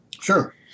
Sure